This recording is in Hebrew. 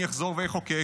אני אחזור ואחקוק,